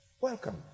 Welcome